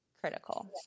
critical